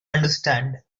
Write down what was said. understand